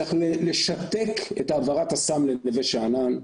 צריך לשתק את העברת הסם לנווה שאנן,